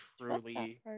truly